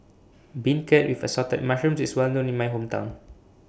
Beancurd with Assorted Mushrooms IS Well known in My Hometown